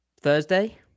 Thursday